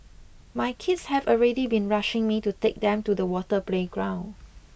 my kids have already been rushing me to take them to the water playground